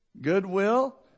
Goodwill